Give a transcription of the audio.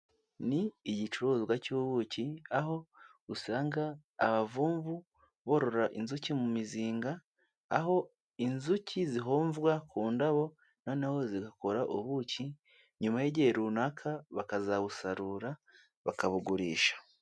Ni igicuruzwa cy'ubuki, aho usanga abavumvu borora inzuki mu mizinga, aho inzuki zihomvwa ku ndabo noneho zigakora ubuki, nyuma y'igihe runaka bakazabusarura bakabugurisha.